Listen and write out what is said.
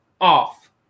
off